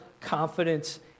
confidence